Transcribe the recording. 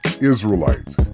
Israelites